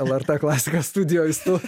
lrt klasika studijoj su